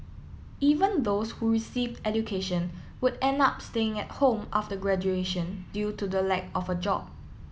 even those who received education would end up staying at home after graduation due to the lack of a job